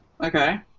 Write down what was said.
Okay